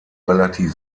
relativ